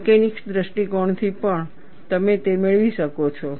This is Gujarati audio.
મિકેનિક્સ દૃષ્ટિકોણથી પણ તમે તે મેળવી શકો છો